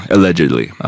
Allegedly